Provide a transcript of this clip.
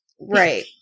Right